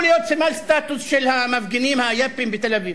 להיות סימן סטטוס של המפגינים היאפים בתל-אביב.